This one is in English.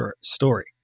story